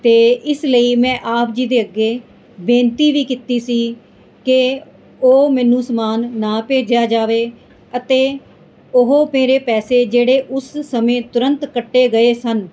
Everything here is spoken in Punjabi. ਅਤੇ ਇਸ ਲਈ ਮੈਂ ਆਪ ਜੀ ਦੇ ਅੱਗੇ ਬੇਨਤੀ ਵੀ ਕੀਤੀ ਸੀ ਕਿ ਉਹ ਮੈਨੂੰ ਸਮਾਨ ਨਾ ਭੇਜਿਆ ਜਾਵੇ ਅਤੇ ਉਹ ਮੇਰੇ ਪੈਸੇ ਜਿਹੜੇ ਉਸ ਸਮੇਂ ਤੁਰੰਤ ਕੱਟੇ ਗਏ ਸਨ